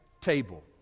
table